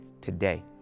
today